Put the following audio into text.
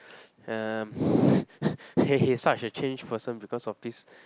um he is such a changed person because of this